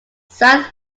south